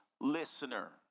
listener